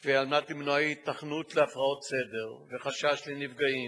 וכדי למנוע היתכנות להפרעות סדר וחשש לנפגעים